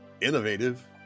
Innovative